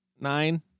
Nine